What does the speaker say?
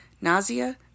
nausea